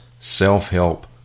self-help